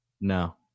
No